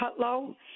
Cutlow